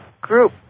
group